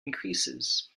increases